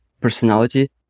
personality